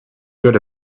good